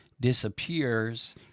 disappears